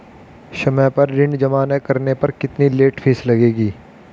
समय पर ऋण जमा न करने पर कितनी लेट फीस लगेगी?